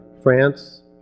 France